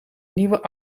nieuwe